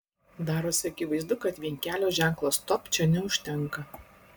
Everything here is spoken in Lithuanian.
darosi akivaizdu kad vien kelio ženklo stop čia neužtenka